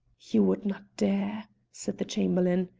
you would not dare! said the chamberlain.